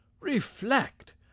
Reflect